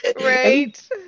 Right